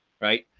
right,